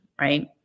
right